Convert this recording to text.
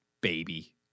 baby